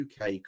uk